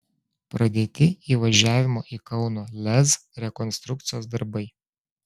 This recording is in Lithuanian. pradėti įvažiavimo į kauno lez rekonstrukcijos darbai